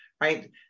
right